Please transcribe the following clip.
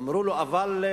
אמרו לו: אבל,